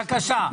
בבקשה.